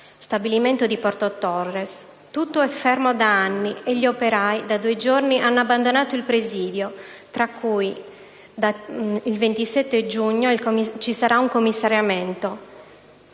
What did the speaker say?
stabilimento di Porto Torres. Tutto è fermo da anni e gli operai da due giorni hanno abbandonato il presidio. Tra circa una settimana, il 27 giugno, il commissariamento